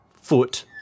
foot